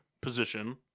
position